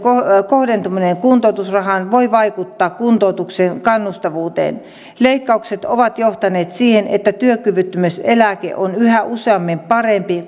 kohdentuminen kuntoutusrahaan voi vaikuttaa kuntoutuksen kannustavuuteen leikkaukset ovat johtaneet siihen että työkyvyttömyyseläke on yhä useammin parempi